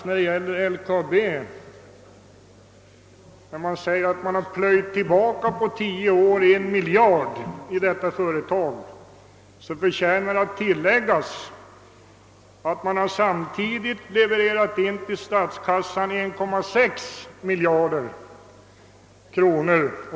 När det gäller LKAB och uppgiften att man på 10 år plöjt tillbaka en miljard i detta företag förtjänar det nämnas att företagen dessutom till statskassan levererat in 1,6 miljard kronor.